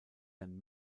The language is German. dann